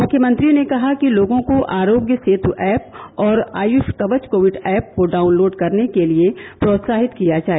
मुख्यमंत्री ने कहा कि लोगों को आरोग्य सेत ऐप और आयुष कवच कोविड ऐप को डाउनलोड करने के लिए प्रोत्साहित किया जाए